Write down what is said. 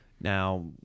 Now